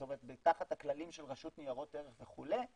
זאת אומרת תחת הכללים של רשות ניירות ערך וכו',